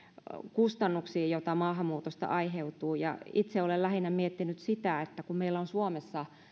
kustannuksiin joita maahanmuutosta aiheutuu itse olen lähinnä miettinyt sitä että kun meillä on suomessa eurooppalaisittain